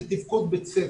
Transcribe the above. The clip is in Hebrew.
זה תפקוד בית הספר.